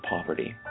poverty